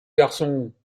garçon